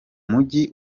mujyi